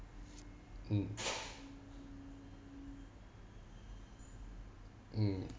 mm mm